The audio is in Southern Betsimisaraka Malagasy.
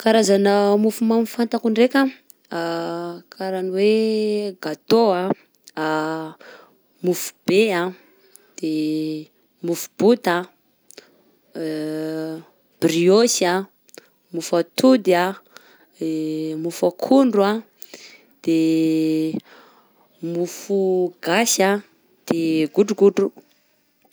Karazana mofomamy fantako ndraika: ka raha ny hoe: gateaux a, mofo be a, de mofo bota a, briôsy a, mofo atody a, mofo akondro a, de mofo gasy a, de godrogodro.